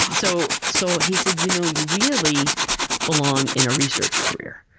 so so, he said, you know you really belong in a research career.